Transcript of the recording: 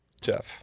Jeff